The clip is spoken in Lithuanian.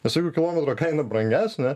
nes jeigu kilometro kaina brangesnė